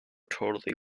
totally